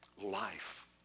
life